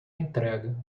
entrega